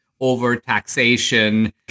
over-taxation